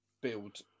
build